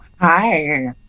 Hi